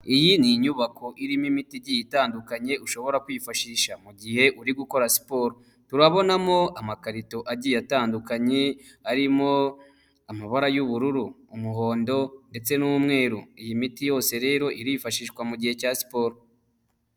Iyi ni inyubako irimo imiti igiye itandukanye ushobora kwifashisha mu gihe uri gukora siporo turabonamo amakarito agiye atandukanye arimo amabara y'ubururu, umuhondo ndetse n'umweru iyi miti yose rero irifashishwa mu mugihe cya siporo.